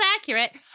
accurate